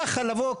ככה לבוא,